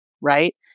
right